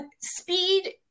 speed